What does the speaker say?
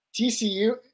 TCU